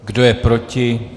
Kdo je proti?